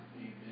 Amen